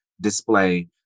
display